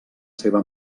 seva